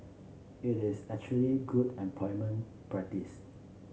it is actually good employment practice